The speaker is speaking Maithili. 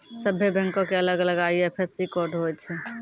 सभ्भे बैंको के अलग अलग आई.एफ.एस.सी कोड होय छै